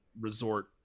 resort